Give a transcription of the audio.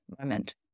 moment